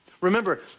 Remember